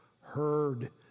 heard